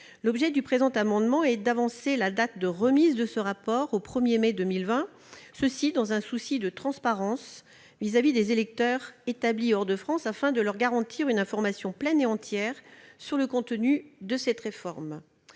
L'objet du présent amendement est donc d'avancer la date de remise de ce rapport au 1 mai 2020, dans un souci de transparence vis-à-vis des électeurs établis hors de France, afin de leur garantir une information pleine et entière sur le contenu de cette réforme.